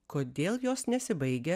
kodėl jos nesibaigia